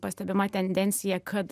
pastebima tendencija kad